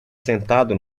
sentado